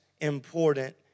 important